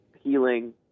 healing